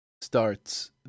starts